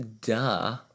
duh